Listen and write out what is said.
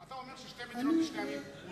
אתה אומר ששתי מדינות לשני עמים לא יביא שלום,